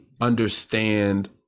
understand